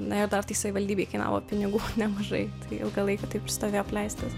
na ir dar tai savivaldybei kainavo pinigų nemažai ilgą laiką taip ir stovėjo apleistas